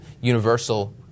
universal